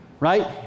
Right